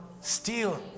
steal